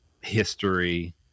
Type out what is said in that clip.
history